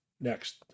Next